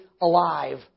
alive